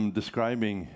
describing